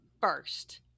first